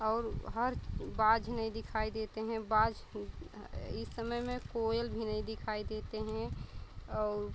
और हर बाज़ नहीं देखाई देते हैं बाज़ हुं हा इस समय में कोयल भी नहीं दिखाई देती हैं और